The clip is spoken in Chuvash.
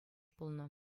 пулнӑ